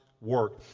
work